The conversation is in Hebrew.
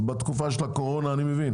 אז בתקופה של הקורונה אני מבין